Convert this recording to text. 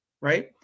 Right